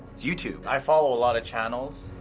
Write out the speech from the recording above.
it's youtube. i follow a lot of channels